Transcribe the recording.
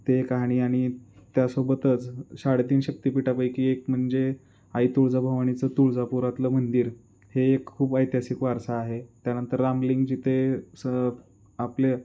ते काहाणी आणि त्यासोबतच साडेतीन शक्तिपीठापैकी एक म्हणजे आई तुळजाभवानीचं तुळजापुरातलं मंदिर हे एक खूप ऐतिहासिक वारसा आहे त्यानंतर रामलिंग जिथे स आपले